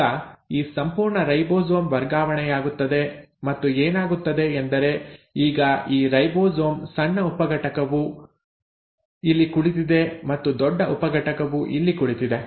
ಈಗ ಈ ಸಂಪೂರ್ಣ ರೈಬೋಸೋಮ್ ವರ್ಗಾವಣೆಯಾಗುತ್ತದೆ ಮತ್ತು ಏನಾಗುತ್ತದೆ ಎಂದರೆ ಈಗ ಈ ರೈಬೋಸೋಮ್ ಸಣ್ಣ ಉಪಘಟಕವು ಇಲ್ಲಿ ಕುಳಿತಿದೆ ಮತ್ತು ದೊಡ್ಡ ಉಪಘಟಕವು ಇಲ್ಲಿ ಕುಳಿತಿದೆ